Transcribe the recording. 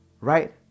Right